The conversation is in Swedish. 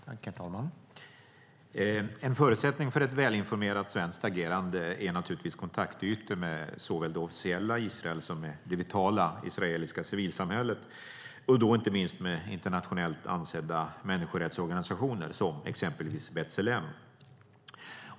Herr talman! En förutsättning för ett välinformerat svenskt agerande är naturligtvis kontaktytor med såväl det officiella Israel som det vitala israeliska civilsamhället, och då inte minst med internationellt ansedda människorättsorganisationer som exempelvis B ́Tselem.